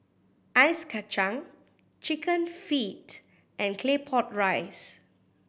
ice kacang Chicken Feet and Claypot Rice